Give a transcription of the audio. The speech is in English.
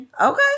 Okay